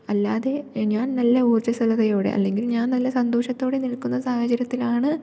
അല്ലാതെ ഞാൻ നല്ല ഉർജ്ജസ്വലതയോടെ അല്ലെങ്കിൽ ഞാൻ നല്ല സന്തോഷത്തോടെ നിൽക്കുന്ന സാഹചര്യത്തിലാണ്